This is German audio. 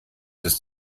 ist